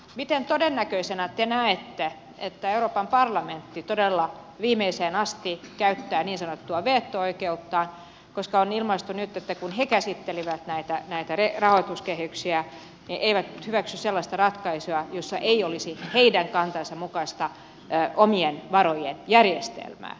miten todennäköiseksi te näette sen että euroopan parlamentti todella viimeiseen asti käyttää niin sanottua veto oikeutta koska nyt kun he käsittelivät näitä rahoituskehyksiä he ilmaisivat että eivät hyväksy sellaista ratkaisua jossa ei olisi heidän kantansa mukaista omien varojen järjestelmää